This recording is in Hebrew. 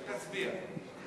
תצביע.